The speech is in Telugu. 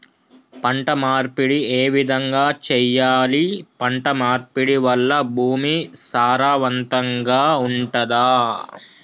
పంట మార్పిడి ఏ విధంగా చెయ్యాలి? పంట మార్పిడి వల్ల భూమి సారవంతంగా ఉంటదా?